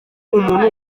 umuntu